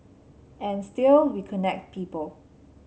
and still we connect people